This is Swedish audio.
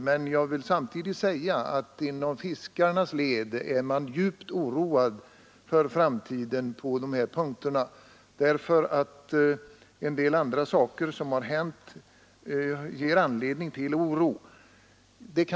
Men jag vill samtidigt säga att fiskarna är djupt oroade för framtiden. En del saker som har hänt ger anledning till oro.